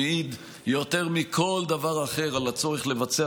הוא מעיד יותר מכל דבר אחר על הצורך לבצע